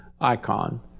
icon